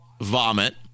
vomit